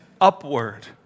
upward